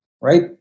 Right